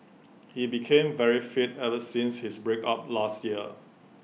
he became very fit ever since his break up last year